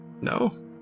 No